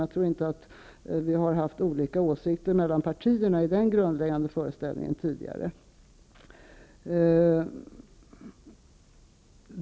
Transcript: Jag tror inte att vi tidigare har haft olika åsikter mellan partierna om denna grundläggande föreställning.